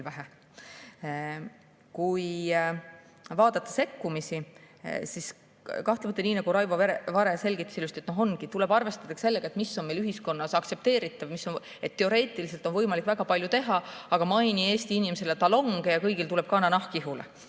Kui vaadata sekkumist, siis kahtlemata, nii nagu Raivo Vare ilusti selgitas, tuleb arvestada sellega, mis on meil ühiskonnas aktsepteeritav. Teoreetiliselt on võimalik väga palju teha, aga maini Eesti inimesele talonge, ja kõigil tuleb kananahk ihule.